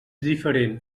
diferent